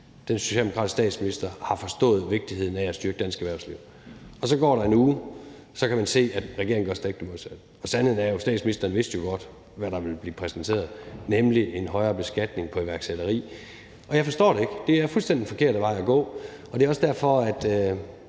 den socialdemokratiske statsminister har forstået vigtigheden af at styrke dansk erhvervsliv. Så går der en uge, og så kan man se, at regeringen gør det stik modsatte. Sandheden er jo, at statsministeren godt vidste, hvad der ville blive præsenteret, nemlig en højere beskatning på iværksætteri. Jeg forstår det ikke, for det er den fuldstændig forkerte vej at gå, og det er også derfor, at